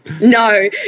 No